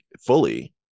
fully